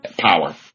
power